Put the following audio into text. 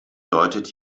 deutet